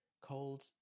cold